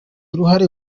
uruhare